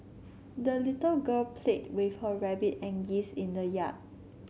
the little girl played with her rabbit and geese in the yard